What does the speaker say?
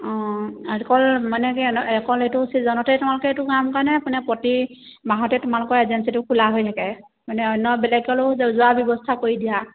অঁ আৰু এইটো অকল মানে কি অকল এইটো ছিজনতে তোমালোকে এইটো কাম কৰানে নে প্ৰতি মাহতে তোমালোকৰ এজেঞ্চিটো খোলা হৈ থাকে মানে অন্য বেলেগলৈও যোৱাৰ ব্যৱস্থা কৰি দিয়া